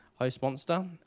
HostMonster